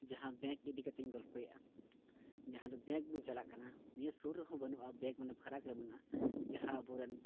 ᱡᱟᱦᱟᱸ ᱵᱮᱝᱠ ᱤᱫᱤ ᱠᱟᱛᱤᱧ ᱜᱚᱞᱯᱷᱚᱭᱟ ᱡᱟᱦᱟᱸ ᱫᱚ ᱵᱮᱝᱠ ᱵᱚᱱ ᱪᱟᱞᱟᱜ ᱠᱟᱱᱟ ᱱᱤᱭᱟᱹ ᱥᱩᱨ ᱨᱮᱦᱚᱸ ᱵᱟᱹᱱᱩᱜᱼᱟ ᱵᱮᱝᱠ ᱢᱟᱱᱮ ᱯᱷᱟᱨᱟᱠ ᱨᱮ ᱢᱮᱱᱟᱜᱼᱟ ᱡᱟᱦᱟᱸ ᱟᱵᱚ ᱨᱮᱱ